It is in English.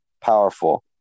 powerful